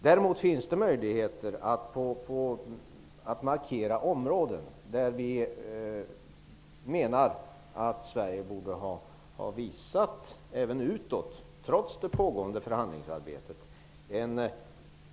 Det finns däremot möjligheter att markera områden där vi menar att Sverige även utåt borde ha visat en markering, trots det pågående förhandlingsarbetet.